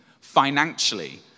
financially